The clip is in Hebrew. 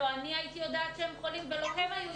לא אני הייתי יודעת שהם חולים ולא הם היו יודעים.